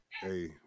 Hey